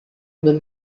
when